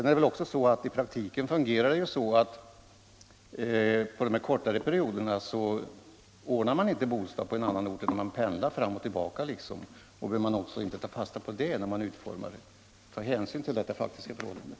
Vidare är det så att praktikanterna under de kortare praktikperioderna kanske inte ordnar bostad på den tillfälliga tjänstgöringsorten utan pendlar fram och tillbaka. Borde man inte också ta hänsyn till detta faktiska förhållande när man utformar bestämmelser om ersättning?